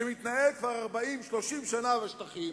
שמתנהל כבר 30 40 שנה בשטחים,